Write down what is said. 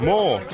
More